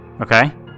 Okay